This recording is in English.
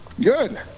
Good